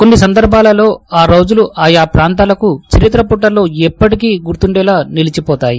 కొన్ని సందర్భాలలో ఆ రోజులు ఆయా ప్రాంతాలకు చరిత్రపుటల్లో ఎప్పటికీ గుర్తుండేలా నిలిచిపోతాయి